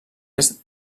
est